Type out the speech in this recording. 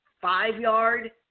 five-yard